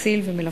חציל ומלפפון.